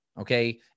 Okay